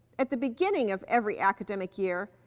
at the beginning of every academic year,